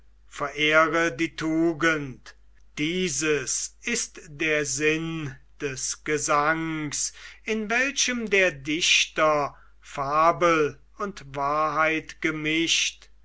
verehre die tugend dieses ist der sinn des gesangs in welchem der dichter fabel und wahrheit gemischt